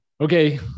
Okay